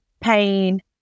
pain